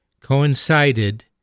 coincided